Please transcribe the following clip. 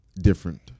different